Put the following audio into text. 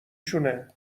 شونه